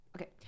Okay